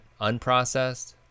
unprocessed